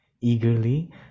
Eagerly